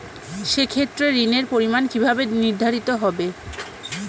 সে ক্ষেত্রে ঋণের পরিমাণ কিভাবে নির্ধারিত হবে?